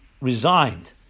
resigned